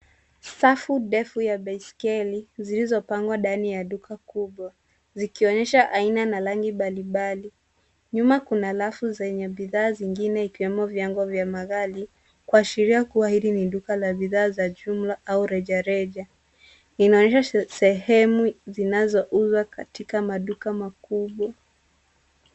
Safu ndefu ya baiskeli zilizopangwa ndani ya duka kubwa zikionyesha aina na rangi mbalimbali. Nyuma kuna rafu zenye bidhaa zingine ikiwemo viwango vya magari kuashiria kuwa hili ni duka la bidhaa za jumla au rejareja, inaonyesha sehemu zinazouzwa katika maduka makubwa.